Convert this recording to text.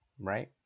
right